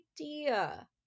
idea